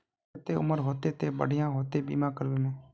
केते उम्र होते ते बढ़िया होते बीमा करबे में?